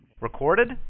Recorded